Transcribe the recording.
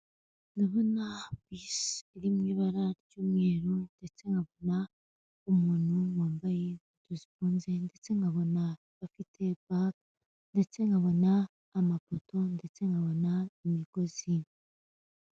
Ndabona bisi iri mu ibara ry'umweru, ndetse nkabona umuntu wambaye inkweto zifunze, ndetse nkabona afite bage, ndetse nkabona amapoto, ndetse nkabona imigozi.